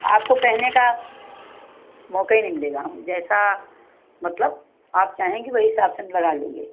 आपको कहने का मौक़ा ही नहीं मिलेगा हम जैसा मतलब आप चाहेंगे वही हिसाब से हम लगा लेंगे